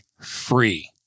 free